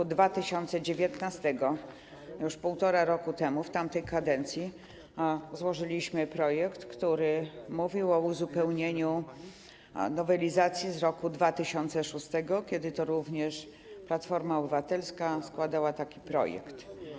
W 2019 r., już 1,5 roku temu, w tamtej kadencji, złożyliśmy projekt, który mówił o uzupełnieniu nowelizacji z roku 2006, kiedy to również Platforma Obywatelska składała taki projekt.